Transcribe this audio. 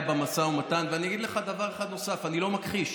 חבר הכנסת גינזבורג, בבקשה.